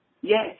Yes